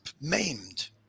maimed